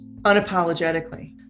unapologetically